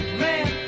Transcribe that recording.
man